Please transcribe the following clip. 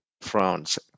France